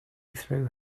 through